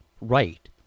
right